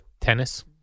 tennis